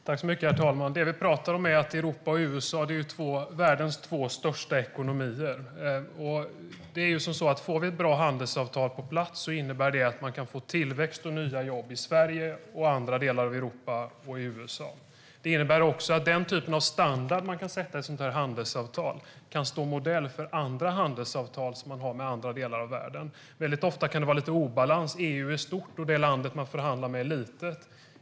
Herr talman! Det vi talar om är att Europa och USA är världens två största ekonomier. Om vi får ett bra handelsavtal på plats innebär det tillväxt och nya jobb i Sverige, i andra delar av Europa och i USA. Det innebär också att den typen av standard som sätts i ett sådant handelsavtal kan stå modell för andra handelsavtal med andra delar av världen. Ofta kan det vara obalans. EU är stort, och det land man förhandlar med är litet.